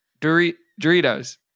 Doritos